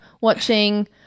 watching